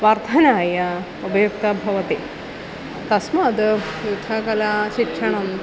वर्धनाय उपयुक्ता भवति तस्मात् युद्धकलाशिक्षणं